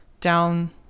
down